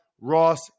Ross